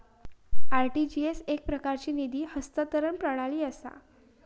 RTGS एकप्रकारची निधी हस्तांतरण प्रणाली असा